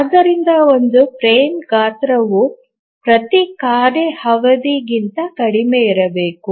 ಆದ್ದರಿಂದ ಒಂದು ಫ್ರೇಮ್ ಗಾತ್ರವು ಪ್ರತಿ ಕಾರ್ಯ ಅವಧಿಗಿಂತ ಕಡಿಮೆಯಿರಬೇಕು